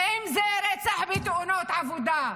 ואם זה רצח בתאונות עבודה.